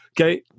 okay